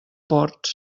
ports